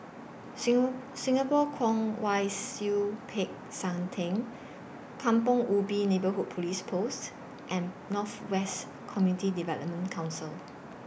Singapore Kwong Wai Siew Peck San Theng Kampong Ubi Neighbourhood Police Post and North West Community Development Council